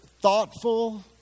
thoughtful